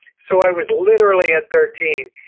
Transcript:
so i was literally at thirteen,